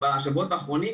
בשבועות האחרונים,